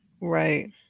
Right